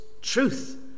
truth